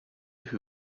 who